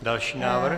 Další návrh.